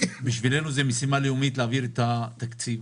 בשבילנו זו משימה לאומית להעביר את התקציב.